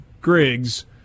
Griggs